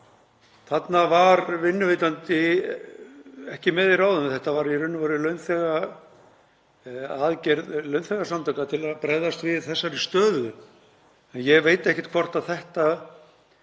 Þarna var vinnuveitandi ekki með í ráðum, þetta var í raun og veru aðgerð launþegasamtaka til að bregðast við þessari stöðu. Ég veit ekkert hvort þetta